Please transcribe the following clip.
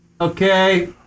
okay